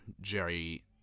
Jerry